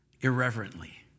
irreverently